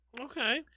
Okay